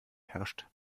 herrscht